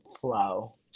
flow